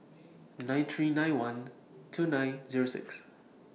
nine three nine one two nine Zero six